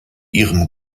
ihrem